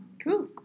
Cool